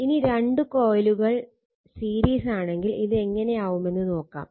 ഇനി രണ്ട് കോയിലുകൾ സീരീസാണെങ്കിൽ ഇതെങ്ങനെയാവുമെന്നത് നോക്കാം